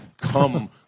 come